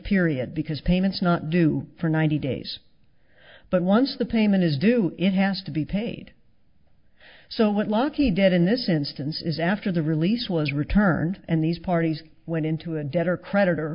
period because payments not due for ninety days but once the payment is due it has to be paid so what lucky did in this instance is after the release was returned and these parties went into a debtor creditor